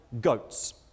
goats